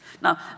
Now